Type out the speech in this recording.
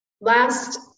Last